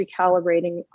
recalibrating